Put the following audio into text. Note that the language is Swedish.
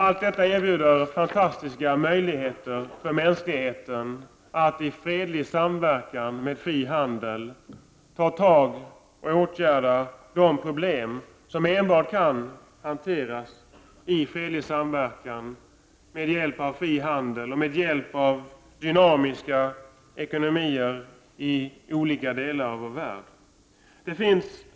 Allt detta erbjuder fantastiska möjligheter för mänskligheten att ta tag i och åtgärda de problem som enbart kan hanteras i fredlig samverkan med hjälp av frihandel och med hjälp av dynamiska ekonomier i olika delar av vår värld. Herr talman!